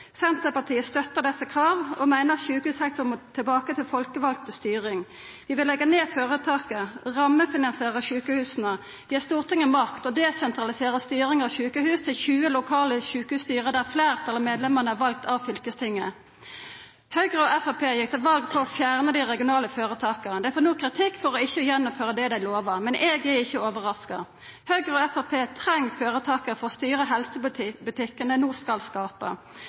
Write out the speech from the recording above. Senterpartiet støttar desse krava og meiner at sjukehussektoren må tilbake til folkevald styring. Vi vil leggja ned føretaka, rammefinansiera sjukehusa, gi Stortinget makt og desentralisera styringa av sjukehusa til 20 lokale sjukehusstyre der fleirtalet av medlemmene er valt av fylkestinget. Høgre og Framstegspartiet gjekk til val på å fjerna dei regionale føretaka. Dei får no kritikk for ikkje å gjennomføra det dei lovar. Men eg er ikkje overraska. Høgre og Framstegspartiet treng føretaka for å styra helsebutikken dei no skal skapa.